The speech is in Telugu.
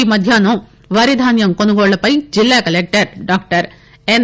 ఈ మధ్యాహ్నం వరిధాన్యం కొనుగోళ్లపై జిల్లా కలెక్టర్ డాక్టర్ ఎన్